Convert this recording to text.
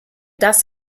das